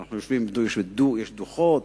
יש דוחות,